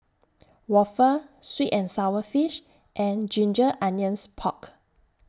Waffle Sweet and Sour Fish and Ginger Onions Pork